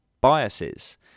biases